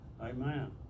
Amen